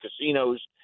casinos